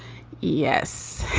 yes